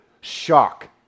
shock